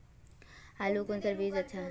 आलूर कुंसम बीज अच्छा?